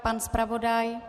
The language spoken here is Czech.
Pan zpravodaj?